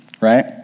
right